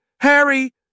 Harry